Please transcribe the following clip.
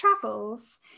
travels